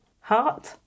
Heart